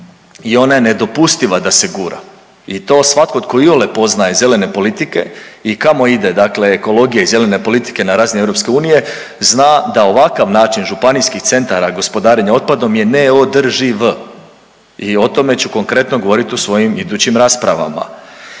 i ona je nedopustiva da se gura i to svatko tko iole poznaje zelene politike i kamo ide, dakle ekologija i zelene politike na razini EU zna da ovakav način županijskih centara gospodarenja otpadom je neodrživ i o tome ću konkretno govorit u svojim idućim raspravama.